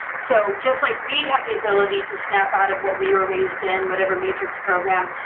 so just like we have the ability to snap out of what we were raised in, whatever matrix program,